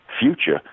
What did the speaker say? future